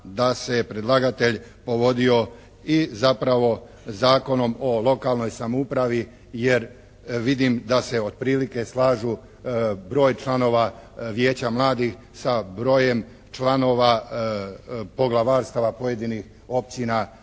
da se predlagatelj povodio i zapravo Zakonom o lokalnoj samoupravi jer vidim da se otprilike slažu broj članova Vijeća mladih sa brojem članova poglavarstava pojedinih općina,